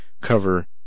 cover